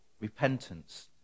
repentance